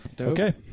Okay